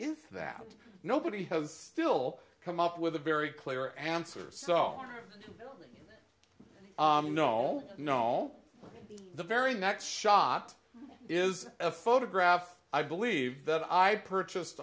is that nobody has still come up with a very clear answer so no no the very next shot is a photograph i believe that i purchased